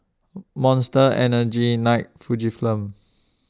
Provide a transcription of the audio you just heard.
Monster Energy Nike Fujifilm